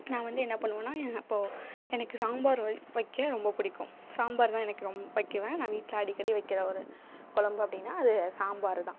நான் வந்து என்ன பண்ணுவோன்னா இப்போது எனக்கு சாம்பார் வ வைக்க ரொம்ப பிடிக்கும் சாம்பார்தான் எனக்கு ரொம் வைக்கிவேன் நான் வீட்டில் அடிக்கடி வைக்கிற ஒரு கொழம்பு அப்படின்னா அது சாம்பார்தான்